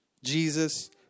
Jesus